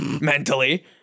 mentally